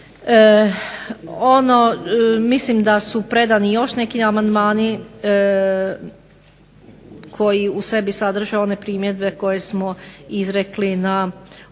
Ono, mislim da su predani i još neki amandmani koji u sebi sadrže one primjedbe koje smo izrekli na Odboru